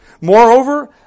Moreover